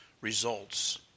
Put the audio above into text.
results